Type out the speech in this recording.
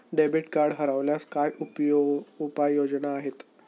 Debit card हरवल्यास काय उपाय योजना आहेत?